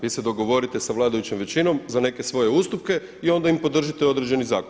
Vi se dogovorite sa vladajućom većinom za neke svoje ustupke i onda im podržite određeni zakon.